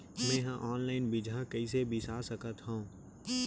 मे हा अनलाइन बीजहा कईसे बीसा सकत हाव